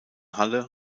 halle